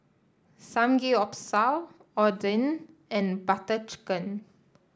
Samgyeopsal Oden and Butter Chicken